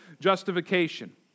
justification